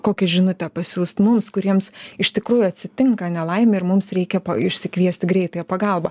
kokią žinutę pasiųst mums kuriems iš tikrųjų atsitinka nelaimė ir mums reikia išsikviest greitąją pagalbą